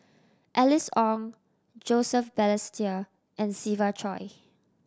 Alice Ong Joseph Balestier and Siva Choy